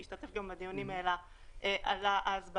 שהשתתף אז בדיונים, העלה את זה